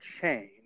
change